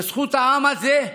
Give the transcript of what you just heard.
בזכות העם הזה,